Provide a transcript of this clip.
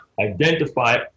identify